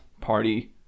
party